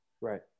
Right